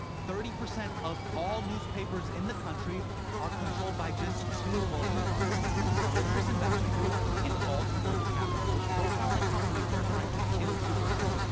thirty percent of all newspapers in the country are controlled by just two vulture funds fortress investment group and alden global capital, which both sound like companies that are trying to kill superman.